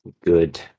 Good